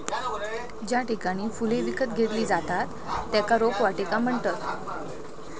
ज्या ठिकाणी फुले विकत घेतली जातत त्येका रोपवाटिका म्हणतत